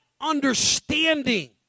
understanding